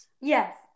Yes